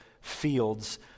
fields